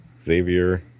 Xavier